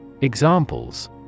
Examples